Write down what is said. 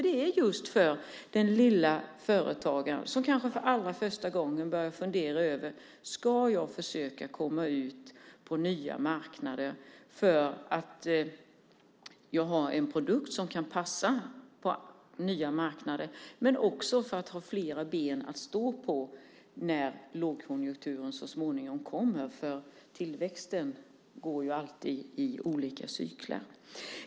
Det gäller den lilla företagaren som kanske för allra första gången funderar på om han ska försöka komma ut på nya marknader för att han har en produkt som kan passa där och för att ha flera ben att stå på när lågkonjunkturen så småningom kommer. Tillväxten går ju alltid i cykler.